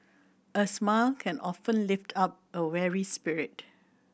a smile can often lift up a weary spirit